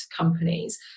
companies